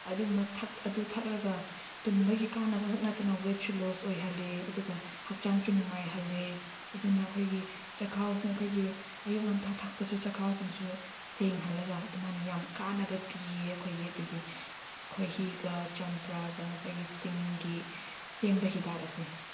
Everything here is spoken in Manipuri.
ꯑꯗꯨꯝꯕ ꯑꯗꯨ ꯊꯛꯂꯒ ꯇꯨꯝꯕꯒꯤ ꯀꯥꯟꯅꯕ ꯈꯛ ꯅꯠꯇꯅ ꯋꯦꯠꯁꯨ ꯂꯣꯁ ꯑꯣꯏꯍꯜꯂꯤ ꯑꯗꯨꯒ ꯍꯛꯆꯥꯡꯁꯨ ꯅꯨꯡꯉꯥꯏꯍꯜꯂꯤ ꯑꯗꯨꯅ ꯑꯩꯈꯣꯏꯒꯤ ꯆꯥꯛꯈꯥꯎꯁꯤꯅ ꯑꯩꯈꯣꯏꯒꯤ ꯑꯌꯨꯛ ꯉꯟꯇꯥ ꯊꯛꯄꯁꯨ ꯆꯥꯛꯈꯥꯎꯁꯤꯡꯁꯨ ꯁꯦꯡꯍꯜꯂꯒ ꯑꯗꯨꯃꯥꯏꯅ ꯌꯥꯝ ꯀꯥꯟꯅꯕ ꯄꯤꯌꯦ ꯑꯩꯈꯣꯏꯒꯤ ꯑꯗꯨꯒꯤ ꯈꯣꯍꯤꯒ ꯆꯝꯄ꯭ꯔꯥꯒ ꯉꯁꯥꯏꯒꯤ ꯁꯤꯡꯒꯤ ꯁꯦꯝꯕ ꯍꯤꯗꯥꯛ ꯑꯁꯦ